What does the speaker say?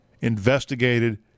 investigated